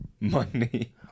money